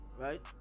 right